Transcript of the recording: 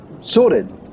sorted